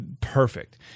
perfect